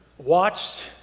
Watched